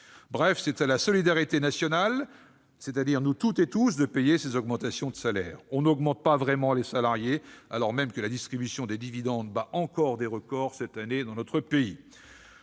Bref, c'est à la solidarité nationale, c'est-à-dire à nous toutes et tous, de payer ces augmentations de salaires. On n'augmente pas vraiment les salariés, alors même que la distribution des dividendes bat encore des records cette année dans notre pays.